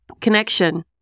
connection